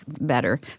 better